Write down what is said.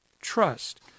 trust